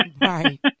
right